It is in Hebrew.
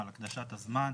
על הקדשת הזמן.